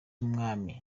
umwami